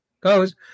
goes